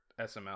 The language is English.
SML